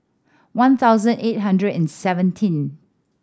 one thousand eight hundred and seventeen